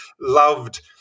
loved